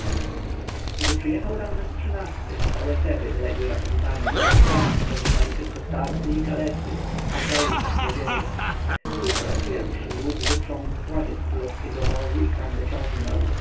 gdy przyjechał ramzes xiii-ty całe teby wyległy na powitanie go w domach zostali tylko starcy i kalecy a w zaułkach złodzieje tu po raz pierwszy lud wyprzągł konie z królewskiego wozu i sam go ciągnął